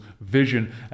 vision